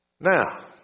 Now